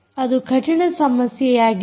ಅದು ಕಠಿಣ ಸಮಸ್ಯೆಯಾಗಿದೆ